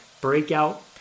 breakout